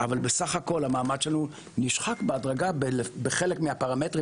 אבל בסך הכול המעמד שלו נשחק בהדרגה בחלק מהפרמטרים,